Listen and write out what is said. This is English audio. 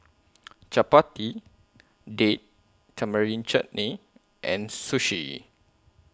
Chapati Date Tamarind Chutney and Sushi